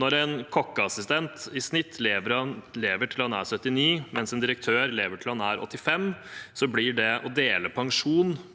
Når en kokkeassistent i snitt lever til han er 79 år, mens en direktør lever til han er 85 år, blir det å dele pensjon